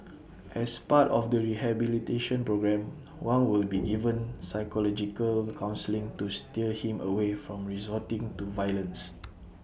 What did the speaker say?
as part of the rehabilitation programme Wang will be given psychological counselling to steer him away from resorting to violence